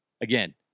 again